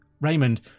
Raymond